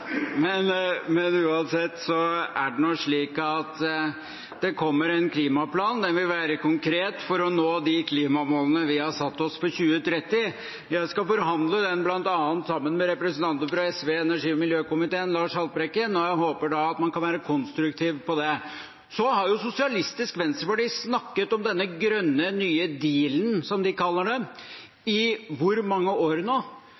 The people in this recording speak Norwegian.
Men uansett er det nå slik at det kommer en klimaplan. Den vil være konkret for å nå de klimamålene vi har satt oss for 2030. Jeg skal forhandle den bl.a. sammen med representanten fra SV i energi- og miljøkomiteen, Lars Haltbrekken, og jeg håper da at man kan være konstruktiv på det. Sosialistisk Venstreparti har snakket om denne grønne nye dealen, som de kaller